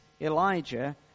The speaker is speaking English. Elijah